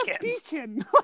beacon